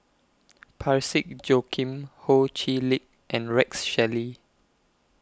Parsick Joaquim Ho Chee Lick and Rex Shelley